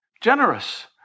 generous